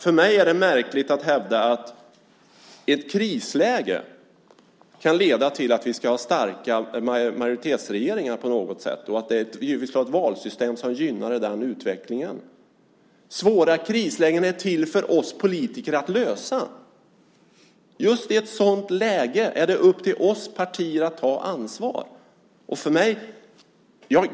För mig är det märkligt att hävda att ett krisläge kan leda till att vi ska ha starka majoritetsregeringar och att vi ska ha ett valsystem som gynnar den utvecklingen. Svåra kriser är till för oss politiker att lösa. Just i ett sådant läge är det upp till oss partier att ta ansvar.